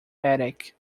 attic